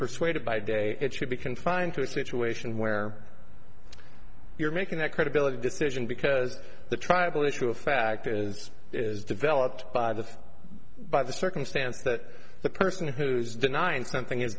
persuaded by day it should be confined to a situation where you're making that credibility decision because the tribal issue of fact is is developed by the by the circumstance that the person who's denying something is